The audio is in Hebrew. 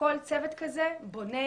וכל צוות כזה בונה,